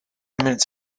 minutes